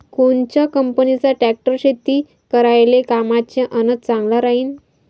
कोनच्या कंपनीचा ट्रॅक्टर शेती करायले कामाचे अन चांगला राहीनं?